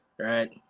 right